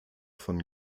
von